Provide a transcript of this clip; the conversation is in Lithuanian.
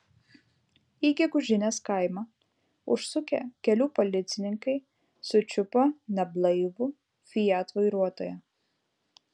į gegužinės kaimą užsukę kelių policininkai sučiupo neblaivų fiat vairuotoją